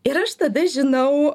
ir aš tada žinau